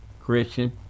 Christian